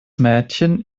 mädchen